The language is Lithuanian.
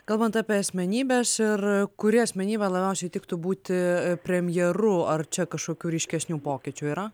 kalbant apie asmenybes ir kuri asmenybė labiausiai tiktų būti premjeru ar čia kažkokių ryškesnių pokyčių yra